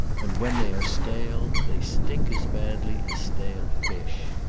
and when they are stale they stink as badly as stale fish.